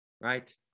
right